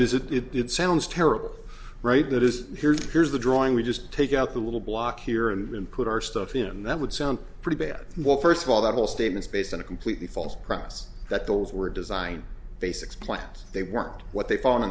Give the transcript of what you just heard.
does it it sounds terrible right that is here's here's the drawing we just take out the little block here and put our stuff in and that would sound pretty bad first of all that whole statements based on a completely false premise that those were designed basics plans they weren't what they found